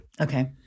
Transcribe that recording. Okay